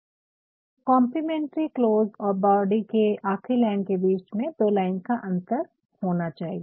तो complimentary close और body के आखिरी लाइन के बीच दो लाइन का अंतर होना चाहिए